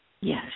Yes